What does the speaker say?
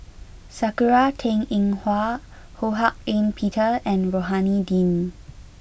Sakura Teng Ying Hua Ho Hak Ean Peter and Rohani Din